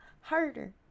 harder